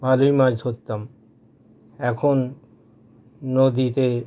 ভালোই মাছ ধরতাম এখন নদীতে